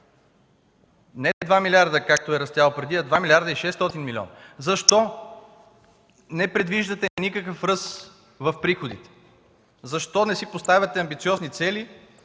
не 2 милиарда, както е растял преди, а 2 млрд. 600 милиона, защо не предвиждате никакъв ръст в приходите? Защо не си поставяте амбициозни цели,